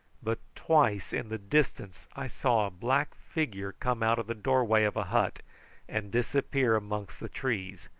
but twice in the distance i saw a black figure come out of the doorway of a hut and disappear amongst the trees,